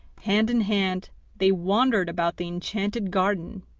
hand in hand they wandered about the enchanted garden,